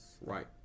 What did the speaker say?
Right